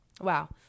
Wow